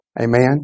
Amen